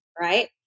Right